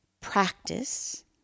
practice